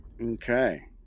Okay